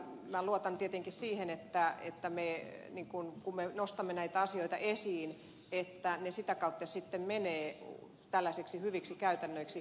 minä luotan tietenkin siihen että kun me nostamme näitä asioita esiin että ne sitä kautta menevät tällaisiksi hyviksi käytännöiksi